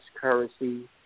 currency